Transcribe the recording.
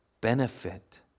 benefit